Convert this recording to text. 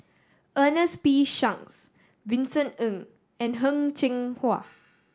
Ernest P Shanks Vincent Ng and Heng Cheng Hwa